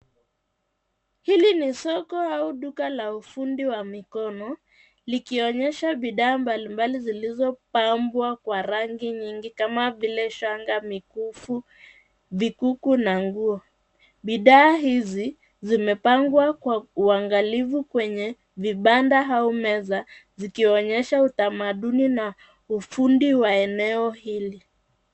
Hili ni soko au duka la ufundi wa mikono likionyesha bidhaa mbalimbali zilizopambwa kwa rangi nyingi, kama vile shanga ,mikufu, vikuku na nguo Bidhaa hizi zimepangwa kwa uangalifu kwenye vibanda au meza zikionyesha utamaduni na ufundi wa eneo hili.